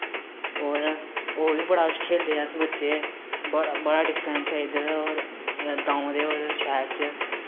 होर होर बी बड़ा कुछ खेलदे अस बच्चे बड़ा बड़ा डिफ्रैंस ऐ इद्धर होर गांव ते होर शैह्र च